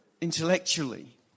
intellectually